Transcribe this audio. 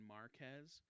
Marquez